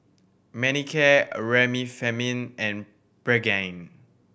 Manicare Remifemin and Pregain